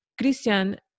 Christian